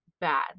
bad